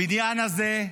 הבניין הזה,